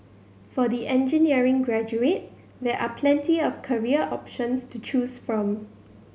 for the engineering graduate there are plenty of career options to choose from